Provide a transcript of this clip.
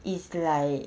it's like